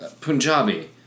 Punjabi